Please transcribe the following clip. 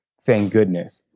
thank goodness.